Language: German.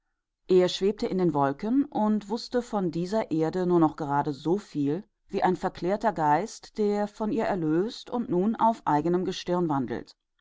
er schwebte in den wolken und wußte von dieser erde nur noch gerade soviel wie ein verklärter geist der von ihr erlöst und nun auf eigenem gestirn wandelt